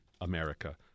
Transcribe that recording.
America